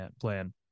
plan